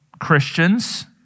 Christians